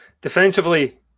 Defensively